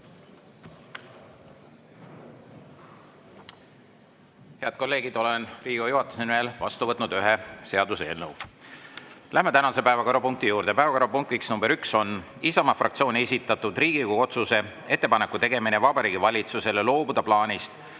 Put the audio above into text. Head kolleegid! Olen Riigikogu juhatuse nimel vastu võtnud ühe seaduseelnõu. Läheme tänase päevakorra juurde. Päevakorrapunkt nr 1 on Isamaa fraktsiooni esitatud Riigikogu otsuse "Ettepaneku tegemine Vabariigi Valitsusele loobuda plaanist